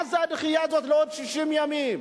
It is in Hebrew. מה הדחייה הזאת לעוד 60 ימים?